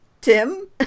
Tim